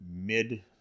mid